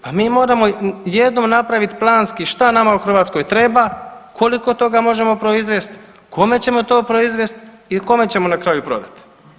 Pa mi moramo jednom napraviti planski šta nama u Hrvatskoj treba, koliko toga možemo proizvest, kome ćemo to proizvest i kome ćemo na kraju prodati.